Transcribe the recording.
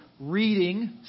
reading